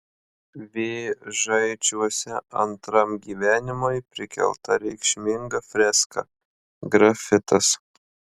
vėžaičiuose antram gyvenimui prikelta reikšminga freska grafitas